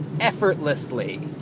effortlessly